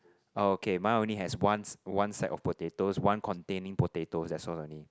orh okay mine only has one s~ one sack of potatoes one containing potatoes that's all only